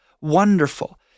wonderful